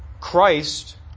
Christ